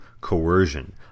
coercion